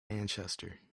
manchester